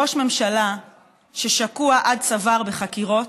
ראש ממשלה ששקוע עד צוואר בחקירות,